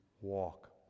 walk